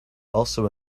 also